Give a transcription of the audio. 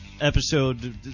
episode